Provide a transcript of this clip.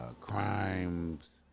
Crimes